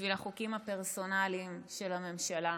בשביל החוקים הפרסונליים של הממשלה.